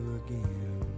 again